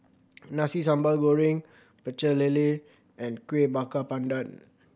Nasi Sambal Goreng Pecel Lele and Kueh Bakar Pandan